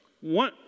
one